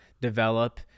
develop